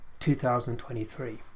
2023